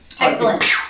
Excellent